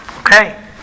Okay